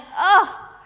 oh,